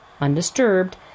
undisturbed